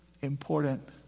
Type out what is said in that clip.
important